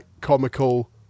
comical